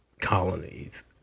colonies